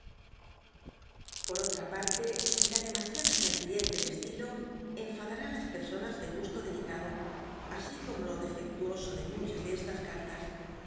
por otra parte la demasiada sencillez del estilo enfadará á las rsonas de gusto dby google xiv delicado así como lo defectuoso de muchas de estas cartas al